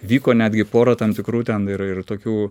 vyko netgi pora tam tikrų ten ir ir tokių